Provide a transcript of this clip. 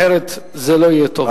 אחרת זה לא יהיה טוב.